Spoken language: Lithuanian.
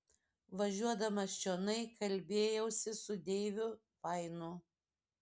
važiuodamas čionai kalbėjausi su deiviu fainu